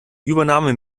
übernahme